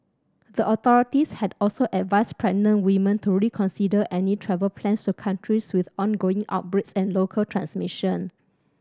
the authorities had also advised pregnant women to reconsider any travel plans to countries with ongoing outbreaks and local transmission